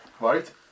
Right